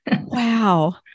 Wow